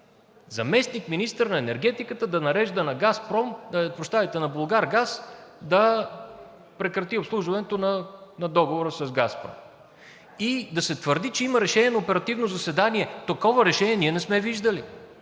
заместник-министър на енергетиката да нарежда на „Булгаргаз“ да прекрати обслужването на Договора с „Газпром“ и да се твърди, че има решение на оперативно заседание. Такова решение ние не сме виждали.